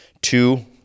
two